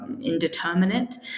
Indeterminate